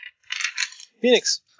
Phoenix